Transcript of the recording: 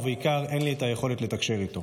ובעיקר אין לי את היכולת לתקשר איתו.